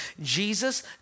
Jesus